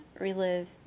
relive